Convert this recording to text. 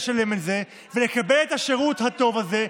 לשלם את זה ולקבל את השירות הטוב הזה,